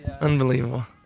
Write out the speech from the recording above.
Unbelievable